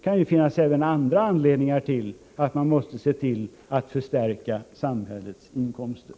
Det kan finnas även andra anledningar till att man måste förstärka samhällets inkomster.